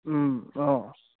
অঁ